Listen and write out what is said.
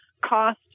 cost